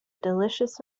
delicious